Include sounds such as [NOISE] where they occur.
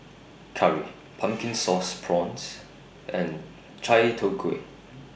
Curry [NOISE] Pumpkin Sauce Prawns and Chai Tow Kway